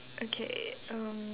okay um